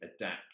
adapt